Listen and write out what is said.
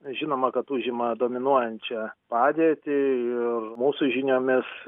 žinoma kad užima dominuojančią padėtį ir mūsų žiniomis